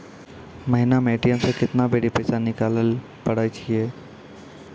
महिना मे ए.टी.एम से केतना बेरी पैसा निकालैल पारै छिये